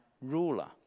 ruler